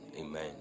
Amen